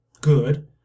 good